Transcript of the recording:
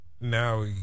now